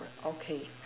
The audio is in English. okay